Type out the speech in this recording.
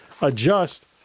adjust